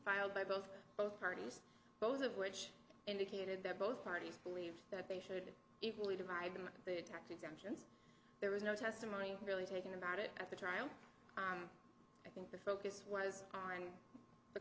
filed by both both parties both of which indicated that both parties believed that they should equally divide them they attacked except there was no testimony really taking about it at the trial i think the focus was on the